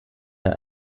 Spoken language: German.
der